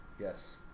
Yes